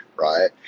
Right